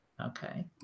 Okay